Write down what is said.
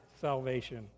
salvation